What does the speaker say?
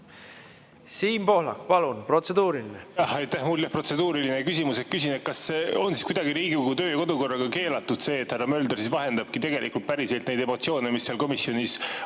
Siim Pohlak, palun, protseduuriline!